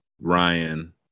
Ryan